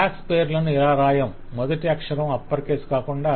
class పేరులను ఇలా వ్రాయం మొదటి అక్షరం అప్పర్ కేస్ కాకుండా